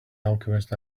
alchemist